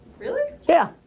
really? yeah,